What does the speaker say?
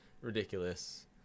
ridiculous